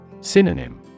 Synonym